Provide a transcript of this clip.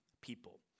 people